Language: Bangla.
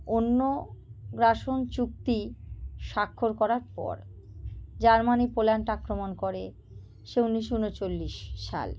অন্য গ্রাসন চুক্তি স্বাক্ষর করার পর জার্মানি পোল্যান্ড আক্রমণ করে সে উনিশশো উনচল্লিশ সাল